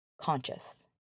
conscious